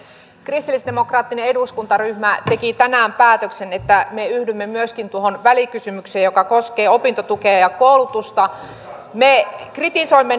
kristillisdemokraattinen eduskuntaryhmä teki tänään päätöksen että me yhdymme myöskin tuohon välikysymykseen joka koskee opintotukea ja ja koulutusta me kritisoimme